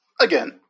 again